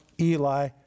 Eli